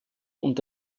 und